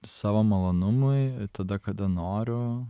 savo malonumui tada kada noriu